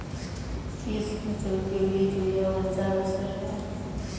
किस फसल के लिए चिड़िया वर्षा आवश्यक है?